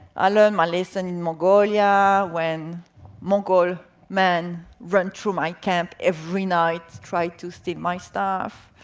i learned my lesson in mongolia when mongol man ran through my camp every night tried to steal my stuff.